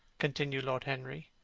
continued lord henry,